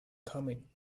coming